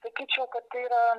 sakyčiau kad tai yra